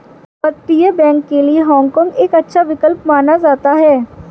अपतटीय बैंक के लिए हाँग काँग एक अच्छा विकल्प माना जाता है